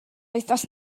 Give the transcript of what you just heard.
wythnos